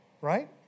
Right